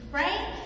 right